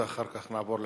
ואחר כך נעבור להצבעה.